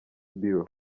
bureau